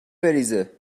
بریزه